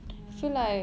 ya